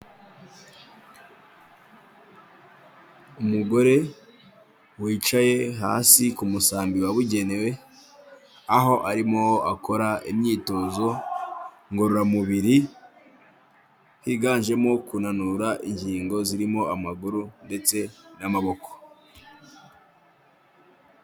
Umugore wicaye hasi ku musambi wabugenewe, aho arimo akora imyitozo ngororamubiri, higanjemo kunanura ingingo zirimo amaguru ndetse n'amaboko.